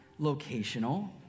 locational